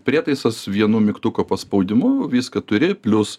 prietaisas vienu mygtuko paspaudimu viską turi plius